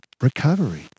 recovery